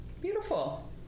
Beautiful